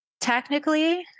Technically